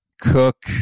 Cook